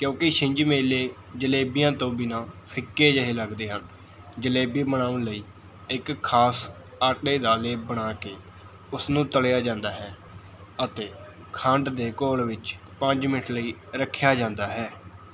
ਕਿਉਂਕਿ ਛਿੰਝ ਮੇਲੇ ਜਲੇਬੀਆਂ ਤੋਂ ਬਿਨਾਂ ਫਿੱਕੇ ਜਿਹੇ ਲੱਗਦੇ ਹਨ ਜਲੇਬੀ ਬਣਾਉਣ ਲਈ ਇੱਕ ਖਾਸ ਆਟੇ ਦਾ ਲੇਪ ਬਣਾ ਕੇ ਉਸ ਨੂੰ ਤਲਿਆ ਜਾਂਦਾ ਹੈ ਅਤੇ ਖੰਡ ਦੇ ਘੋਲ ਵਿੱਚ ਪੰਜ ਮਿੰਟ ਲਈ ਰੱਖਿਆ ਜਾਂਦਾ ਹੈ